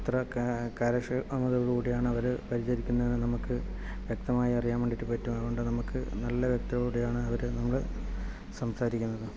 കാര്യക്ഷമതയോടാണ് അവർ പരിചരിക്കുന്നതെന്ന് നമുക്ക് വ്യക്തമായി അറിയാൻ വേണ്ടിയിട്ട് പറ്റും അതുകൊണ്ട് നമുക്ക് നല്ല വ്യക്തതയോടാണ് അവർ നമ്മൾ സംസാരിക്കുന്നത്